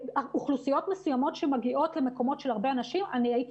אוכלוסיו מסוימות שמגיעות למקומות של הרבה אנשים אני הייתי